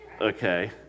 Okay